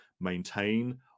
maintain